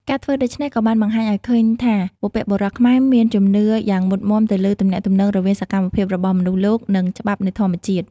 ការធ្វើដូច្នេះក៏បានបង្ហាញឲ្យឃើញថាបុព្វបុរសខ្មែរមានជំនឿយ៉ាងមុតមាំទៅលើទំនាក់ទំនងរវាងសកម្មភាពរបស់មនុស្សលោកនិងច្បាប់នៃធម្មជាតិ។